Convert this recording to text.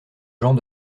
gens